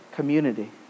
community